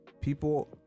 People